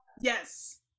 Yes